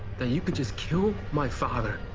that you could just kill my father,